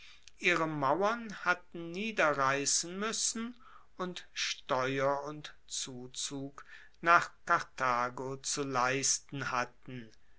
ihre mauern hatten niederreissen muessen und steuer und zuzug nach karthago zu leisten hatten